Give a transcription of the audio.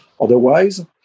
Otherwise